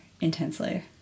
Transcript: intensely